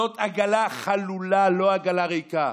זאת עגלה חלולה, לא עגלה ריקה.